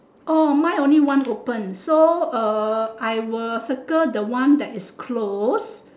oh mine only one open so uh I will circle the one that is closed